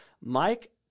Mike